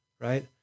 right